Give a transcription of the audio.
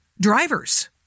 drivers